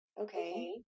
Okay